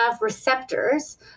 receptors